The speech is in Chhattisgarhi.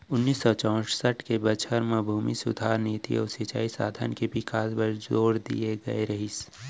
ओन्नाइस सौ चैंसठ के बछर म भूमि सुधार नीति अउ सिंचई साधन के बिकास बर जोर दिए गए रहिस